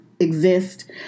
Exist